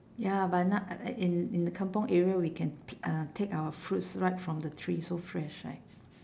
ya but now uh in in the kampung area we can pick uh take our fruits right from the tree so fresh right